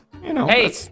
Hey